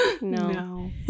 No